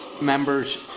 members